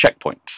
checkpoints